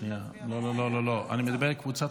קבוצת